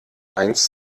eins